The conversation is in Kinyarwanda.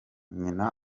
nyina